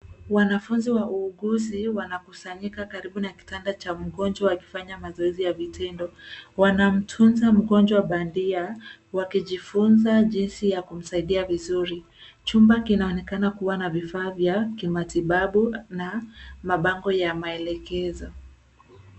Wanafunzi wa uuguzi, wanakusanyika karibu na kitanda cha mgonjwa ,wakifanya mazoezi ya vitendo. Wanamtunza mgonjwa bandia, wakijifunza jinsi ya kumsaidia vizuri. Chumba kinaonekana kuwa na vifaa vya kimatibabu na mabango ya maelekezo.